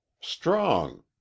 Strong